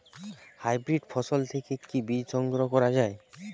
Hybrid ফসল থেকে কি বীজ সংগ্রহ করা য়ায়?